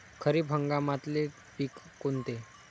खरीप हंगामातले पिकं कोनते?